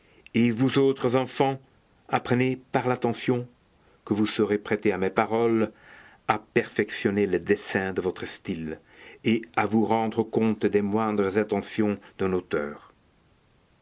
et vous autres enfants apprenez par l'attention que vous saurez prêter à mes paroles à perfectionner le dessin de votre style et à vous rendre compte des moindres intentions d'un auteur